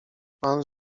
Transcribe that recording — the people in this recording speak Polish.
pan